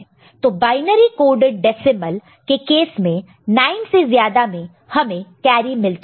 तो binary coded decimal के case में 9 से ज्यादा में हमें कैरी मिलता है